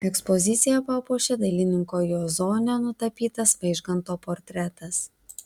ekspoziciją papuošė dailininko juozonio nutapytas vaižganto portretas